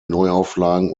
neuauflagen